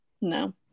No